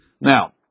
Now